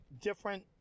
different